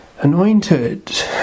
anointed